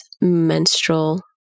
menstrual